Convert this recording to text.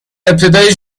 ابتدای